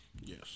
Yes